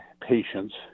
patients